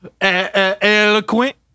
eloquent